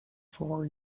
four